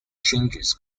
changes